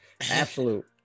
Absolute